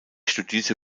studierte